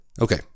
Okay